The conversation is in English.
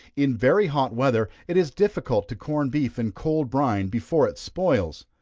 in very hot weather, it is difficult to corn beef in cold brine before it spoils.